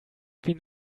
been